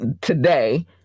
today